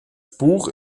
buch